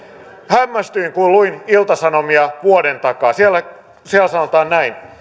hämmästyin kun luin ilta sanomia vuoden takaa siellä sanotaan näin